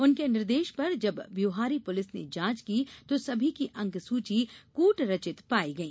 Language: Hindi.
उनके निर्देश पर जब ब्योहारी पुलिस ने जांच की तो सभी की अंकसूची कूटरचित पाई गई